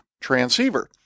transceiver